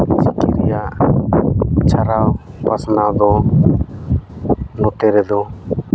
ᱪᱤᱠᱤ ᱨᱮᱭᱟᱜ ᱪᱷᱟᱨᱟᱣ ᱯᱟᱥᱱᱟᱣ ᱫᱚ ᱱᱚᱛᱮ ᱨᱮᱫᱚ